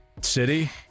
City